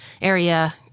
area